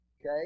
okay